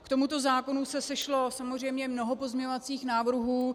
K tomuto zákonu se sešlo samozřejmě mnoho pozměňovacích návrhů.